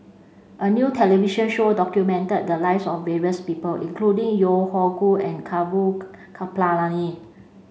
a new television show documented the lives of various people including Yeo Hoe Koon and Gaurav Kripalani